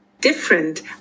different